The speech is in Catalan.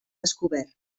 descobert